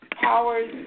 powers